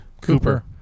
Cooper